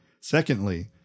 Secondly